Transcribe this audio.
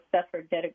suffered